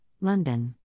London